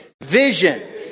Vision